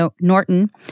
Norton